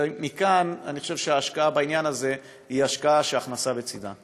ולכן אני חושב שההשקעה בעניין הזה היא השקעה שהכנסה בצדה.